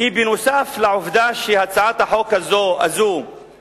כי נוסף על העובדה שהצעת החוק הזאת היא